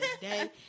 today